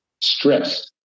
stress